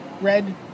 Red